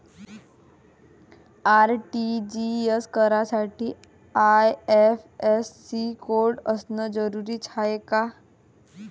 RTGS करासाठी IFSC code असनं जरुरीच हाय का?